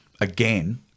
again